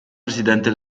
presidente